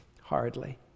Hardly